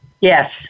Yes